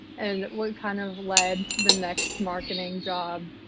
and what kind of led to the next marketing job,